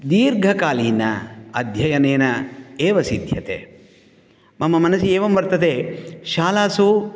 दीर्घकालीन अध्ययनेन एव सिध्यते मम मनसि एवं वर्तते शालासु